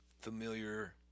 familiar